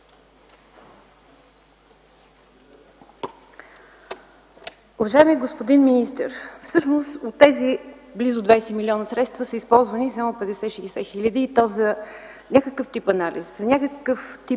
Уважаеми господин министър, всъщност от тези близо 20 милиона средства са използвани само 50 60 хиляди и то за някакъв тип анализ, за някакъв тип